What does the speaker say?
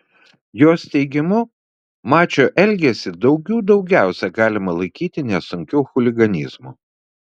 jos teigimu mačio elgesį daugių daugiausiai galima laikyti nesunkiu chuliganizmu